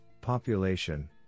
population